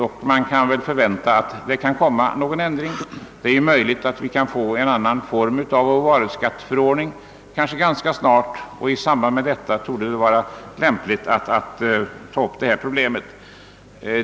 Man kan kanske vänta att en ändring kommer till stånd i samband med att vi ganska snart får en annan form av vår varuskatteförordning. Då torde det vara lämpligt att ta upp problemet.